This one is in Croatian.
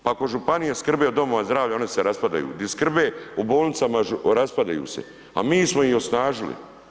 Pa ako županije skrbe o domovima zdravlja one se raspadaju di skrbe o bolnicama raspadaju se, a mi smo ih osnažili.